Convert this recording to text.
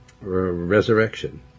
resurrection